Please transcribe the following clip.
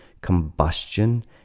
combustion